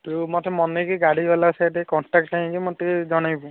ତୁ ମୋତେ ମନେକି ଗାଡ଼ିବାଲା ସାଙ୍ଗେ ଟିକିଏ କଣ୍ଟାକ୍ଟ୍ ହେଇକି ମୋତେ ଟିକିଏ ଜଣେଇବୁ